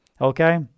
Okay